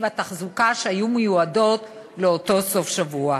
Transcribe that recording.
והתחזוקה שהיו מיועדות לאותו סוף שבוע.